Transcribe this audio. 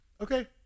okay